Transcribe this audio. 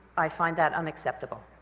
i find that unacceptable.